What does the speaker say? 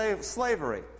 slavery